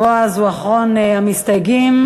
בועז הוא אחרון המסתייגים,